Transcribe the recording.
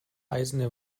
eisene